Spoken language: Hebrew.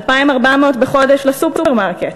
2,400 בחודש לסופרמרקט,